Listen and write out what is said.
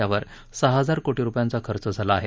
त्यावर सहा हजार कोटी रुपयांचा खर्च झाला आहे